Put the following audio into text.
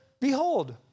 Behold